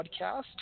podcast